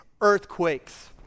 earthquakes